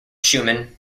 schumann